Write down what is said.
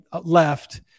left